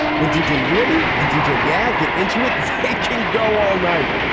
when d j. really and deejay yang get into it. hey, king, go all night.